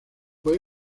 fue